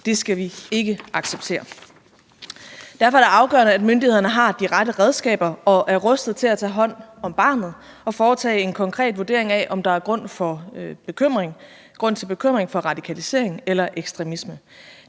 Det skal vi ikke acceptere. Derfor er det afgørende, at myndighederne har de rette redskaber og er rustet til at tage hånd om barnet og foretage en konkret vurdering af, om der er grund til bekymring for radikalisering eller ekstremisme.